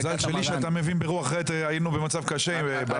מזל שלי שאתה מבין ברוח אחרת היינו במצב קשה באוויר.